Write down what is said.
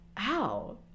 Ow